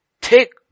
Take